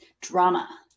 drama